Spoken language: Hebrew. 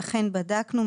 ואכן בדקנו.